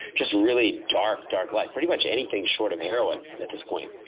just really dark, dark life. pretty much anything short of heroin at this point.